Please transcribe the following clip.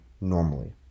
normally